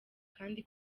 kandi